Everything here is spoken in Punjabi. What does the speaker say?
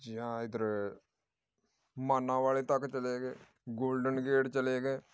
ਜਾਂ ਇੱਧਰ ਮਾਨਾ ਵਾਲੇ ਤੱਕ ਚਲੇ ਗਏ ਗੋਲਡਨ ਗੇਟ ਚਲੇ ਗਏ